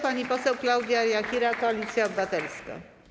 Pani poseł Klaudia Jachira, Koalicja Obywatelska.